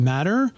Matter